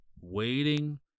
Waiting